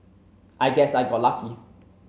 I guess I got lucky